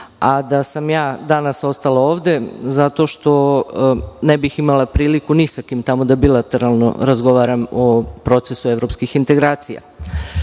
a da sam ja danas ostala ovde zato što ne bih imala priliku ni sa kim tamo da bilateralno razgovaram o procesu evropskih integracija. Kada